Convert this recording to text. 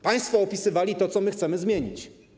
Państwo opisywali to, co chcemy zmienić.